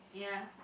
yeah